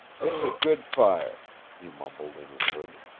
it's a good fire, he mumbled in his hood.